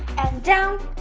and down,